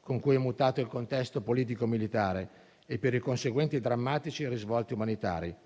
con cui è mutato il contesto politico e militare e per i conseguenti e drammatici risvolti umanitari.